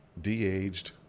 de-aged